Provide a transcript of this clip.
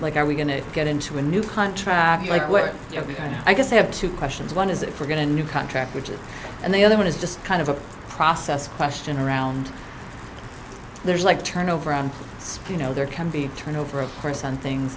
like are we going to get into a new contract like well you know i guess i have two questions one is if we're going to new contract which is and the other one is just kind of a process question around there's like turnover on it's you know there can be turnover of course on things